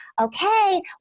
okay